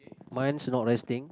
mine's not resting